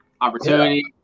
opportunity